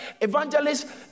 evangelists